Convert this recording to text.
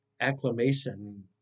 acclamation